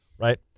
right